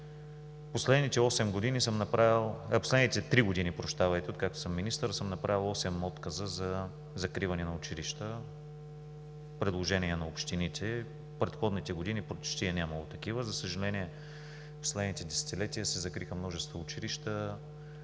последните три години, откакто съм министър, съм направил осем отказа за закриване на училища по предложения на общините. В предходните години почти е нямало такива. За съжаление, в последните десетилетия се закриха множество училища,